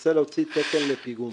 מנסה להוציא תקן לפיגום.